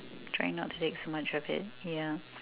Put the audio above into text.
try not to take so much of it yeah